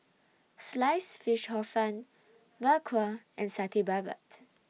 Sliced Fish Hor Fun Bak Kwa and Satay Babat